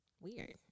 weird